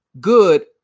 good